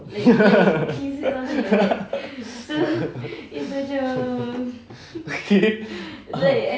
okay ah